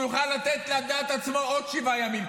שהוא יוכל לתת על דעת עצמו עוד שבעה ימים,